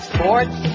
Sports